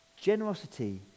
Generosity